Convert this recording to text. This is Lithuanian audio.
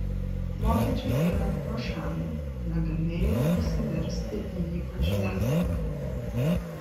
vokiečiui einant pro šalį negalėjau prisiversti į jį pažvelgti